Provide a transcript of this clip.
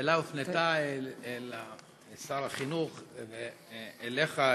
השאלה הופנתה אל שר החינוך ואליך,